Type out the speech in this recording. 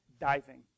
diving